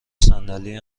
صندلی